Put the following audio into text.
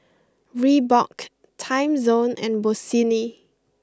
Reebok Timezone and Bossini